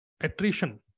attrition